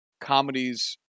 comedies